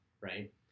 right